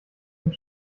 und